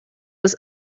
was